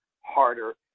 harder